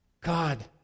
God